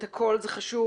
זה חשוב.